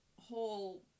whole